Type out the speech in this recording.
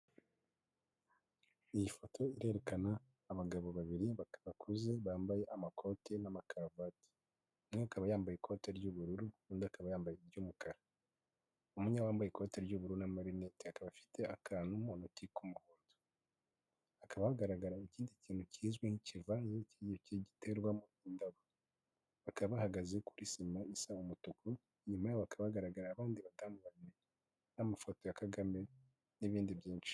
Iyi foto irerekana abagabo babiri bakuze bambaye amakoti n'amakaravati umwe akaba yambaye ikote ry'ubururu undi akaba yambaye iry'umukara. Umwe wambaye ikoti ry'ubururu n'amarinete akaba afite akantu mu ntoki k'umuhondo hakaba hagaragara ikindi kintu kizwi nk'ikivanye iki ngiki giterwamo indabo bakaba bahagaze kuri sima isaba umutuku inyuma hakaba hagaragara abandi batandukanye n'amafoto ya kagame n'ibindi byinshi.